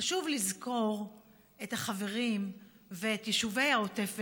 חשוב לזכור את החברים ואת יישובי העוטף,